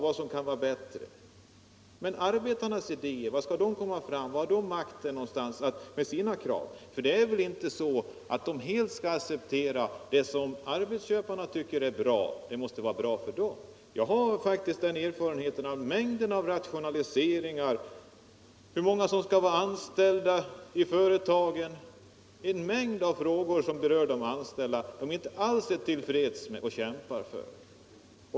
Men på vilket sätt får arbetarna möjligheter att sätta makt bakom sina krav? Det är väl ändå inte så, att arbetarna skall acceptera det som arbetsköparna tycker är bra och tro att det är bra även för dem själva. Jag har den erfarenheten från t.ex. en mängd rationaliseringar att arbetarna inte alls är nöjda med resultatet angående antalet anställda osv. — det stämmer inte alls överens med vad arbetarna kämpar för.